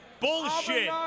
Bullshit